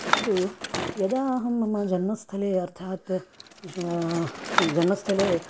तत्तु यदा अहं मम जन्मस्थले अर्थात् कृश् जन्मस्थले